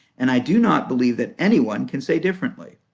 and i do not believe that anyone can say differently.